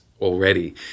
already